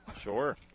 Sure